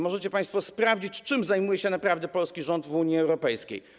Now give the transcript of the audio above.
Możecie państwo sprawdzić, czym zajmuje się naprawdę polski rząd w Unii Europejskiej.